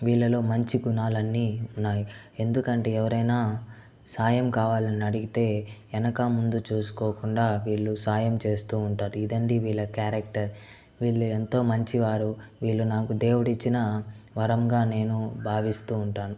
వీళ్ళలో మంచి గుణాలన్నీ ఉన్నాయి ఎందుకంటే ఎవరైనా సాయం కావాలని అడిగితే ఎనకా ముందు చూసుకోకుండా వీళ్ళు సాయం చేస్తూ ఉంటారు ఇదండీ వీళ్ళ క్యారెక్టర్ వీళ్ళు ఎంతో మంచి వారు వీళ్ళు నాకు దేవుడు ఇచ్చిన వరంగా నేను భావిస్తూ ఉంటాను